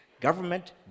government